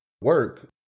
work